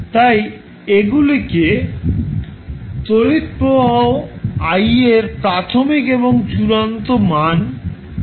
তাই এগুলিকে তড়িৎ প্রবাহ i এর প্রাথমিক এবং চূড়ান্ত মান বলা হয়